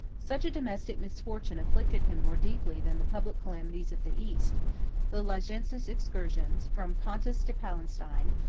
such a domestic misfortune afflicted him more deeply than the public calamities of the east the licentious excursions, from pontus to palestine,